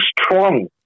strong